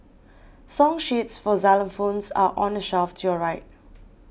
song sheets for xylophones are on the shelf to your right